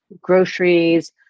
groceries